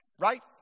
Right